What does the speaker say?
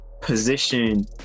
position